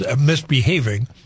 misbehaving